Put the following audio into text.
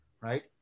right